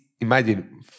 imagine